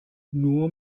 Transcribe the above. nur